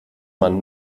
man